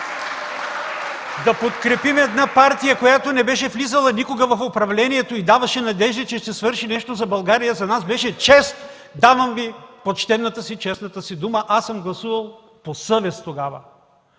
ДПС и „Атака”), която не е влизала никога в управлението и даваше надежда, че ще свърши нещо за България. За нас беше чест, давам Ви почтената си, честната си дума. Аз съм гласувал тогава